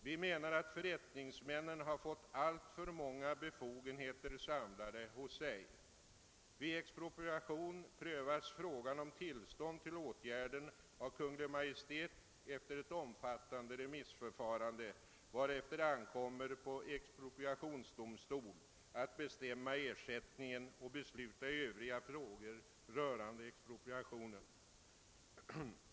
Vi menar att förrättningsmännen har fått alltför många befogenheter samlade hos sig. Vid expropriation prövas frågan om tillstånd till åtgärder av Kungl. Maj:t efter ett omfattande remissförfarande, varefter det ankommer på expropriationsdomstol att bestämma ersättningen och besluta i övriga frågor rörande expropriationen.